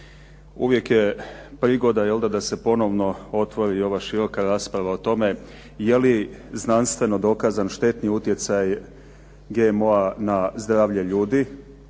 uvijek je prigoda da se ponovno otvori ova široka rasprava o tome je li znanstveno dokazan štetni utjecaj GMO-a na zdravlje ljudi,